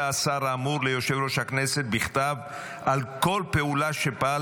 השר האמור ליושב-ראש הכנסת בכתב על כל פעולה שפעל